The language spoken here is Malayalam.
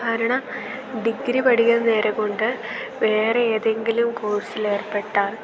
കാരണം ഡിഗ്രി പഠിക്കാൻ നേരം കൊണ്ട് വേറെ ഏതെങ്കിലും കോഴ്സിൽ ഏർപ്പെട്ടാൽ